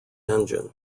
engine